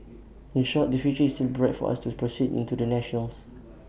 in short the future is still bright for us to proceed into the national's